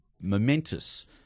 momentous